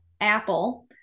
apple